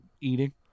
eating